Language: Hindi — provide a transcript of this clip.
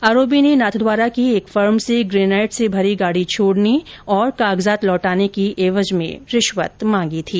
आरोपी ने नाथद्वारा की एक फर्म से ग्रेनाईट से भरी गाड़ी छोडने और कागजात लौटाने की एवज में रिश्वत मांगी थी